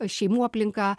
šeimų aplinka